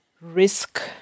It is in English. risk